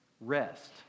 rest